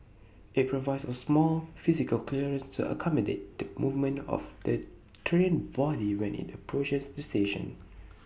IT provides A small physical clearance to accommodate the movement of the train body when IT approaches the station